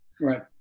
right